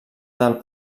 del